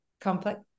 complex